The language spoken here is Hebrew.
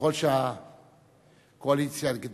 6 רונית תירוש (קדימה): 7 מיכאל